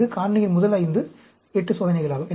இது காரணியின் முதல் 5 8 சோதனைகள் ஆகும்